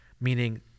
meaning